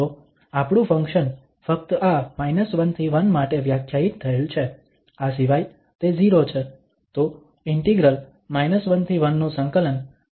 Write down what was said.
તો આપણું ફંક્શન ફક્ત આ −1 થી 1 માટે વ્યાખ્યાયિત થયેલ છે આ સિવાય તે 0 છે